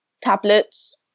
tablets